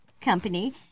company